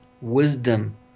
wisdom